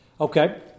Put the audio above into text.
Okay